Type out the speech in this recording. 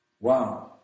Wow